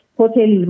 hotel